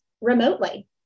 remotely